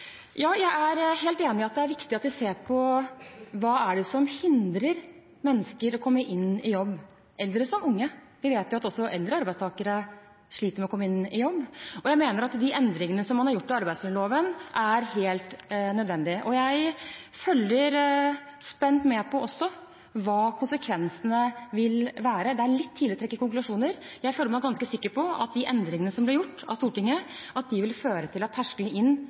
ja til dette fordi det skulle være enkelt, men fordi det er en spennende og viktig utfordring å ta på seg i en krevende tid. Jeg vil invitere Stortinget til samarbeid om å løse vårt felles oppdrag i den tiden vi er i. Jeg er helt enig i at det er viktig at vi ser på hva det er som hindrer mennesker i å komme seg i jobb, eldre som unge, for vi vet at også eldre arbeidstakere sliter med å komme seg i jobb, og jeg mener at de endringene som man har gjort med arbeidsmiljøloven, er helt nødvendige. Jeg følger spent med på hva konsekvensene